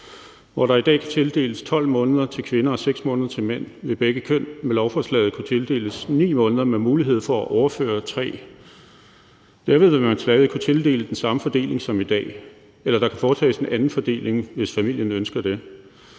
Hvor der i dag kan tildeles 12 måneder til kvinder og 6 måneder til mænd, vil begge køn med lovforslaget kunne tildeles 9 måneder med mulighed for at overføre 3. Derved vil man stadig kunne tildele med den samme fordeling som i dag, eller der kan foretages en anden fordeling, hvis familien ønsker det.